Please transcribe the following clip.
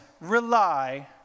rely